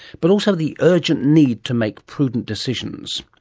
but also the urgent need to make prudent decisions,